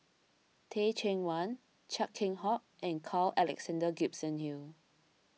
Teh Cheang Wan Chia Keng Hock and Carl Alexander Gibson Hill